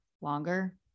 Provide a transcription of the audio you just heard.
longer